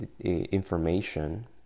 information